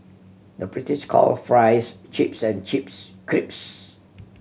the British calls fries chips and chips crisps